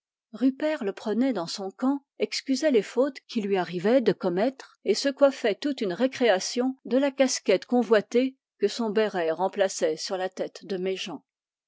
rupert le prenait dans son camp excusait les fautes qu'il lui arrivait de commettre et se coiffait toute une récréation de la casquette convoitée que son béret remplaçait sur la tête de